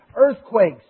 earthquakes